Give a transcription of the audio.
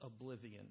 oblivion